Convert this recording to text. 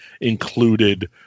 included